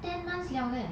ten months 了 leh